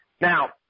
Now